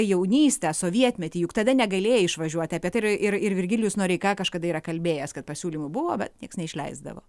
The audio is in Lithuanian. jaunystę sovietmetį juk tada negalėjai išvažiuoti apie tai ir ir ir virgilijus noreika kažkada yra kalbėjęs kad pasiūlymų buvo niekas neišleisdavo